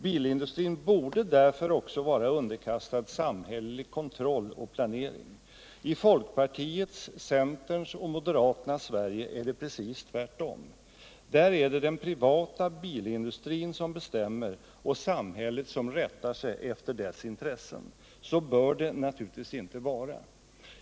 Bilindustrin borde därför också vara underkastad samhällelig kontroll och planering. I folkpartiets, centerns och moderaternas Sverige är det precis tvärtom. Där är det den privata bilindustrin som bestämmer och samhället som rättar sig efter dess intressen. Så bör det naturligtvis inte vara.